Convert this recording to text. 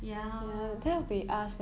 ya